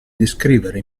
descrivere